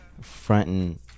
fronting